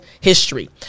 history